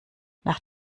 nach